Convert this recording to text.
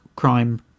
crime